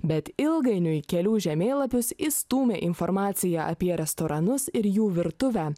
bet ilgainiui kelių žemėlapius išstūmė informacija apie restoranus ir jų virtuvę